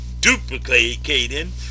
duplicating